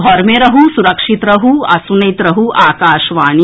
घर मे रहू सुरक्षित रहू आ सुनैत रहू आकाशवाणी